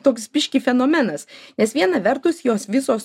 toks biškį fenomenas nes viena vertus jos visos